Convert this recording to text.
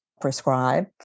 prescribe